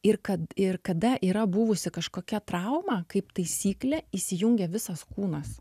ir kad ir kada yra buvusi kažkokia trauma kaip taisyklė įsijungia visas kūnas